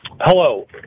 Hello